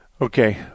Okay